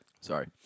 Sorry